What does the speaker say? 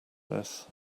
this